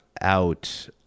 out